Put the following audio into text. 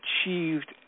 achieved